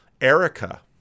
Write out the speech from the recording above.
Erica